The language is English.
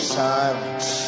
silence